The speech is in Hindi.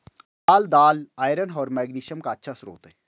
लाल दालआयरन और मैग्नीशियम का अच्छा स्रोत है